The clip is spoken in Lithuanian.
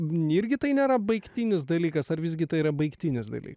ne irgi tai nėra baigtinis dalykas ar visgi tai yra baigtinis dalykas